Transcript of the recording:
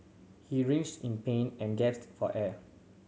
he writhed in pain and gasped for air